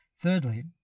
Thirdly